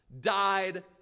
died